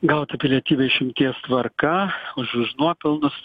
gauti pilietybę išimties tvarka už už nuopelnus